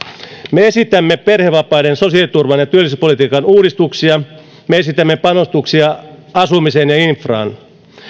me esitämme perhevapaiden sosiaaliturvan ja työllisyyspolitiikan uudistuksia me esitämme panostuksia asumiseen ja infraan